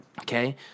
Okay